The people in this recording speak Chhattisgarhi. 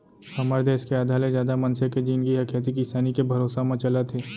हमर देस के आधा ले जादा मनसे के जिनगी ह खेती किसानी के भरोसा म चलत हे